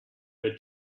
were